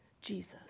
Jesus